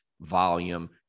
volume